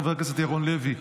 חבר הכנסת ירון לוי,